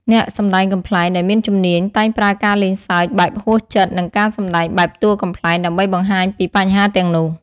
អ្នកសម្ដែងកំប្លែងដែលមានជំនាញតែងប្រើការលេងសើចបែបហួសចិត្ត និងការសម្ដែងបែបតួកំប្លែង ដើម្បីបង្ហាញពីបញ្ហាទាំងនោះ។